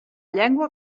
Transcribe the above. llengua